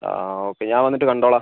ആ ഓക്കെ ഞാൻ വന്നിട്ട് കണ്ടോളാം